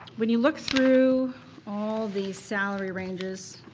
when you look through all the salary ranges,